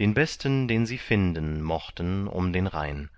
den besten den sie finden mochten um den rhein